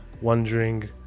wondering